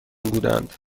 بودند